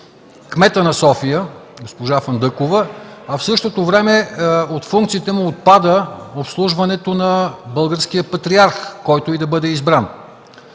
кмета на София – госпожа Фандъкова, а в същото време от функциите й отпада обслужването на българския патриарх, който и да бъде избран?